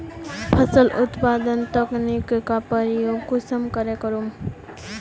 फसल उत्पादन तकनीक का प्रयोग कुंसम करे करूम?